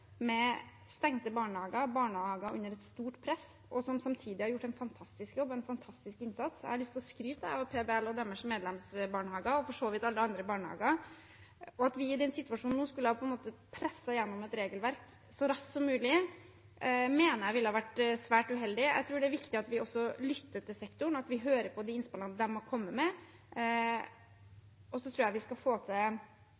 med stengte barnehager og barnehager som har vært under et stort press og samtidig har gjort en fantastisk jobb og en fantastisk innsats – jeg har lyst til å skryte av PBL og medlemsbarnehagene deres og for så vidt også av alle andre barnehager – mener jeg det ville vært svært uheldig om vi på en måte skulle ha presset gjennom et regelverk så raskt som mulig. Jeg tror det er viktig at vi også lytter til sektoren, at vi hører på innspillene den har kommet med,